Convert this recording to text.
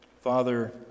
Father